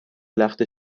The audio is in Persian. لخته